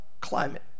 climate